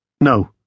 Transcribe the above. No